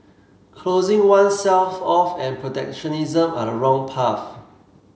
closing oneself off and protectionism are the wrong path